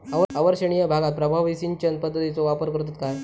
अवर्षणिय भागात प्रभावी सिंचन पद्धतीचो वापर करतत काय?